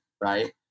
right